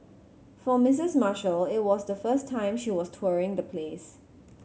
for Missis Marshall it was the first time she was touring the place